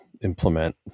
implement